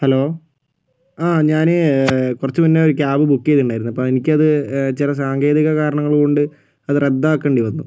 hello ആ ഞാൻ കുറച്ചു മുൻപേ ഒരു ക്യാബ് ബുക്ക് ചെയ്തിട്ടുണ്ടായിരുന്നു അപ്പോൾ എനിക്കത് ചില സാങ്കേതിക കാരണങ്ങൾ കൊണ്ട് അത് റദ്ദാക്കേണ്ടി വന്നു